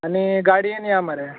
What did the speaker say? आनी गाडयेन या मरे